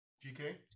GK